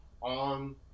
on